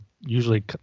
usually